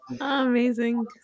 amazing